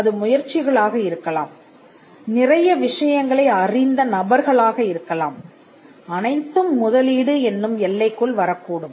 அது முயற்சிகளாக இருக்கலாம் நிறைய விஷயங்களை அறிந்த நபர்களாக இருக்கலாம் அனைத்தும் முதலீடு என்னும் எல்லைக்குள் வரக்கூடும்